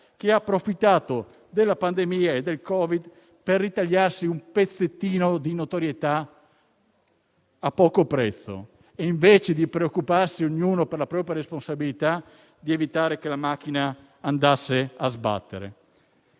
ha approfittato della pandemia e del Covid per ritagliarsi un pezzettino di notorietà a poco prezzo, invece di preoccuparsi, ognuno per la propria responsabilità, di evitare che la macchina andasse a sbattere.